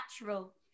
natural